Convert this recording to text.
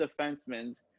defensemen